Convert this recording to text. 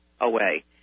away